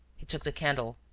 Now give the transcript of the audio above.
he took the candle,